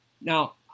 Now